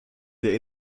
der